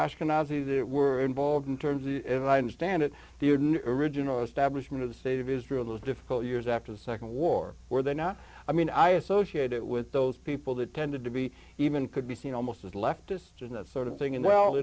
ashkenazi that were involved in terms of what i understand it the original establishment of the state of israel was difficult years after the nd war where they're not i mean i associate it with those people that tended to be even could be seen almost as leftist and that sort of thing and well